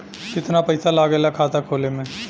कितना पैसा लागेला खाता खोले में?